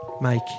Mike